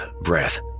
breath